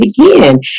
again